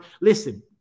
Listen